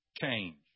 change